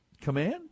command